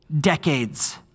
Decades